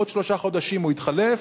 עוד שלושה חודשים יתחלף,